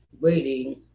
waiting